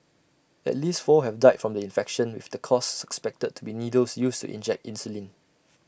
at least four have died from the infection with the cause suspected to be needles used to inject insulin